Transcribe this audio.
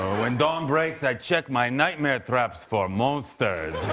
when dawn breaks, i check my nightmare traps for monsters. oh,